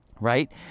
right